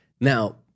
Now